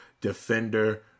defender